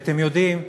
כי אתם יודעים,